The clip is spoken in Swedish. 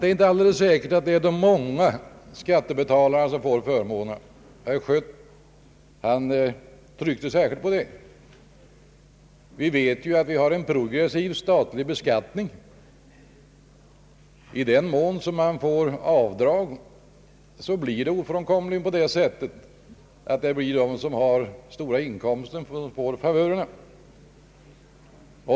Det är inte alldeles säkert att det är de många skattebetalarna som får förmånerna, något som emellertid herr Schött tryckte särskilt på. Vi har ju en progressiv statlig beskattning, och i den mån avdrag medges så blir det ofrånkomligen på det sättet att de som har stora inkomster får favörerna.